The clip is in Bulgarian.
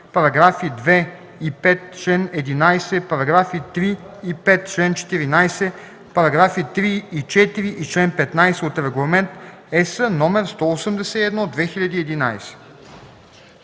параграфи 2 и 5, чл. 11, параграфи 3 и 5, чл. 14, параграфи 3 и 4 и чл. 15 от Регламент (ЕС) № 181/2011.“